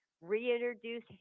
reintroduce